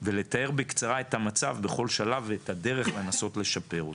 ולתאר בקצרה את המצב בכל שלב ואת הדרך לנסות לשפר אותו.